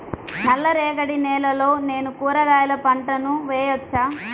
నల్ల రేగడి నేలలో నేను కూరగాయల పంటను వేయచ్చా?